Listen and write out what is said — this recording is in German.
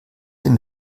dem